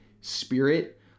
spirit